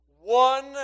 One